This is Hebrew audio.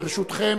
ברשותכם,